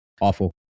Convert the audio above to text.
awful